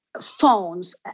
phones